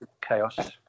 chaos